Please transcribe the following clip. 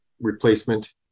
replacement